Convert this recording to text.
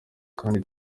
kandi